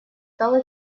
стало